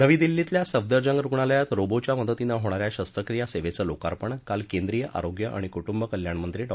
नवी दिल्लीतल्या सफदरजंग रुग्णालयात रोबोच्या मदतीनं होणा या शस्त्रक्रिया सेवेचं लोकार्पण काल केंद्रीय आरोग्य आणि कुटुंबे कल्याण मंत्री डॉ